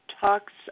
talks